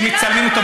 שמצלמים אותם,